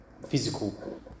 physical